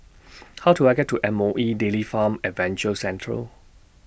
How Do I get to M O E Dairy Farm Adventure Central